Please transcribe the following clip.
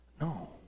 No